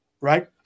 Right